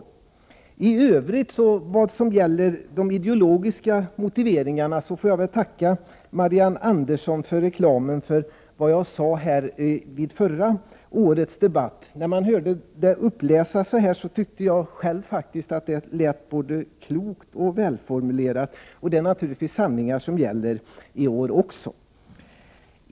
26 april 1989 När det i övrigt gäller de ideologiska motiveringarna får jag tacka Marianne Andersson för reklamen för vad jag sade här vid förra årets debatt. När jag hörde det uppläsas tyckte jag själv faktiskt att det lät både klokt och välformulerat. Det är naturligtvis sanningar som gäller i år också.